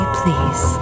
please